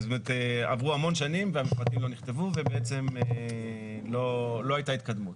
עברו המון שנים והמפרטים לא נכתבו ובעצם לא הייתה התקדמות.